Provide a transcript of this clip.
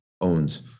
owns